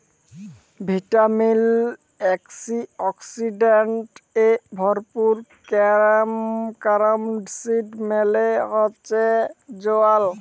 vitamin, antioxidants এ ভরপুর carom seed মালে হচ্যে জয়াল